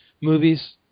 movies